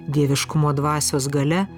dieviškumo dvasios galia